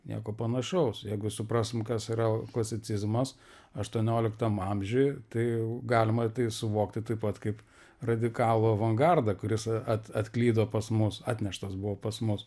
nieko panašaus jeigu suprasim kas yra klasicizmas aštuonioliktam amžiuj tai galima tai suvokti taip pat kaip radikalų avangardą kuris at atklydo pas mus atneštas buvo pas mus